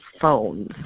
phones